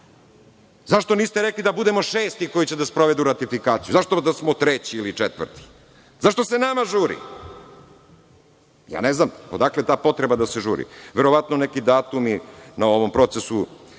Zašto niste rekli da budemo šesti koji će da sprovedu ratifikaciju? Zašto da smo treći ili četvrti? Zašto se nama žuri? Ne znam odakle ta potreba da se žuri. Verovatno neki datumi na ovom procesu